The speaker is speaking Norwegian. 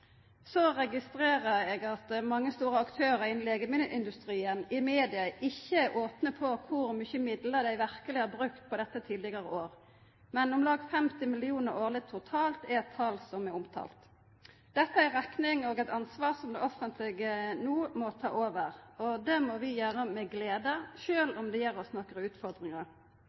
Så registrerer eg at mange store aktørar innan legemiddelindustrien i media ikkje er opne om kor mykje midlar dei verkeleg har brukt på dette tidlegare år. Men om lag 50 mill. kr årleg totalt er eit tal som er omtalt. Dette er ei rekning og eit ansvar som det offentlege no må ta over. Det må vi gjera med glede, sjølv om det gir oss nokre utfordringar.